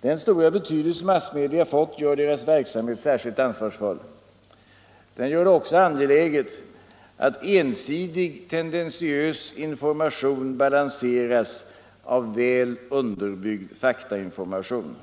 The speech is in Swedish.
Den stora betydelse massmedia fått gör deras verksamhet särskilt ansvarsfull. Den gör det också angeläget att ensidig, tendentiös information balanseras av väl underbyggd faktainformation.